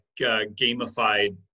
gamified